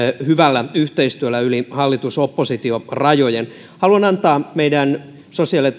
hyvällä yhteistyöllä yli hallitus oppositio rajojen haluan antaa meidän sosiaali ja